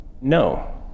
No